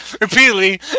repeatedly